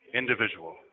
individual